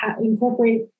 incorporate